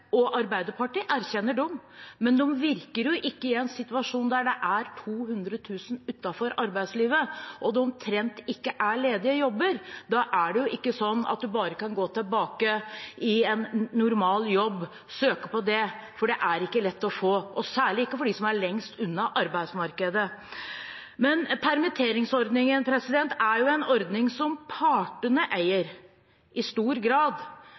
Arbeiderpartiet erkjenner dem. Men de virker ikke i en situasjon der det er 200 000 utenfor arbeidslivet og det omtrent ikke er ledige jobber. Da er det ikke sånn at man bare kan gå tilbake i en normal jobb og søke på det, for det er ikke lett å få, og særlig ikke for dem som er lengst unna arbeidsmarkedet. Permitteringsordningen er en ordning som partene eier i stor grad.